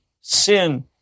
sin